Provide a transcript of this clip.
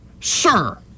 sir